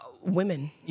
women